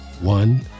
one